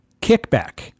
kickback